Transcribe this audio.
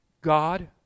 God